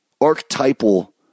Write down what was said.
archetypal